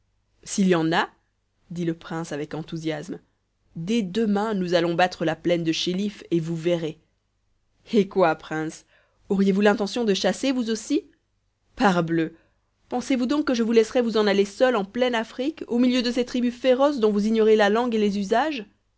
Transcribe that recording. s'il y en a dit le prince avec enthousiasme dès demain nous allons battre la plaine du chéliff et vous verrez eh quoi prince auriez-vous l'intention de chasser vous aussi parbleu pensez-vous donc que je vous laisserais vous en aller seul en pleine afrique au milieu de ces tribus féroces dont vous ignorez la langue et les usages